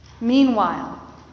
Meanwhile